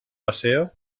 paseo